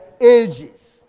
ages